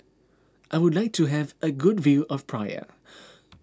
I would like to have a good view of Praia